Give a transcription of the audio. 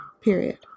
Period